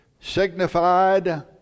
signified